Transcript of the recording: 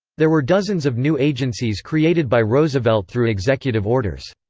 there were dozens of new agencies created by roosevelt through executive orders.